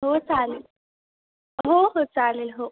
हो चालेल हो हो चालेल हो